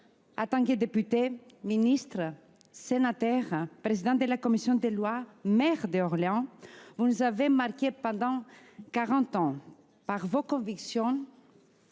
En tant que député, ministre, sénateur, président de la commission des lois et maire d'Orléans, vous nous avez marqués pendant quarante ans par vos convictions